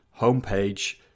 homepage